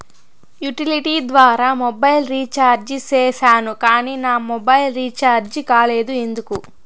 Utility ద్వారా mobile recharge సేసాను కానీ నా మొబైల్ రీచార్జి కాలేదు ఎందుకు?